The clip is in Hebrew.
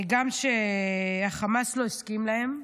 גם כשחמאס לא הסכים להם.